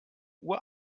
uhr